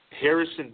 Harrison